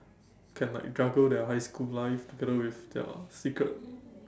can like juggle their high school life together with their secret